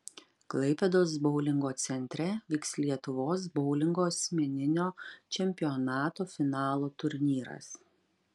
klaipėdos boulingo centre vyks lietuvos boulingo asmeninio čempionato finalo turnyras